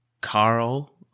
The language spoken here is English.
Carl